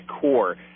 core